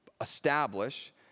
establish